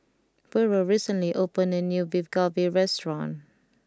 Burrel recently opened a new Beef Galbi restaurant